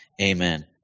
Amen